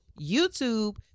YouTube